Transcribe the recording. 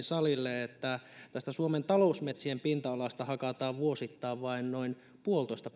salille että tästä suomen talousmetsien pinta alasta hakataan vuosittain vain noin puolitoista